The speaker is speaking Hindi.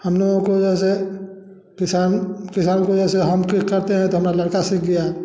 हम लोगों को वैसे किसान किसान वैसे हम कोई करते हैं तो हमारा लड़का सीख गया